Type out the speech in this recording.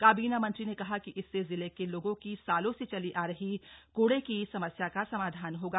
काबीना मंत्री ने कहा की इससे जिले के लोगों की सालों से चली आ रही कूड़े की समस्या का समाधान होगा